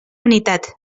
vanitat